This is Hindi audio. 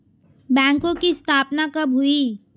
बैंकों की स्थापना कब हुई?